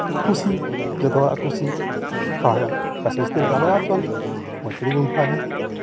ᱠᱩᱥᱤ ᱡᱚᱛᱚ ᱦᱚᱲᱟᱜ ᱠᱩᱥᱤ ᱛᱟᱞᱚᱦᱮ ᱯᱚᱭᱥᱟ ᱡᱟᱹᱥᱛᱤ ᱞᱟᱜᱟᱜᱼᱟ ᱞᱟᱜᱟᱣ ᱦᱚᱪᱚᱱ ᱢᱟᱨᱚᱛᱤ ᱵᱚᱱ ᱦᱚᱦᱚᱣᱟᱭᱟ